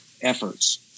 efforts